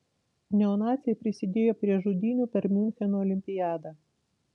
neonaciai prisidėjo prie žudynių per miuncheno olimpiadą